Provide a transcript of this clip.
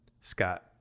Scott